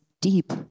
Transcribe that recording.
deep